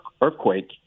earthquake